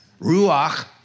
Ruach